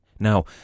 Now